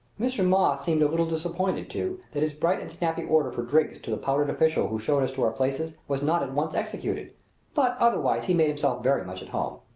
mr. moss seemed a little disappointed, too, that his bright and snappy order for drinks to the powdered official who showed us to our places was not at once executed but otherwise he made himself very much at home.